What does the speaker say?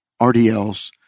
RDLs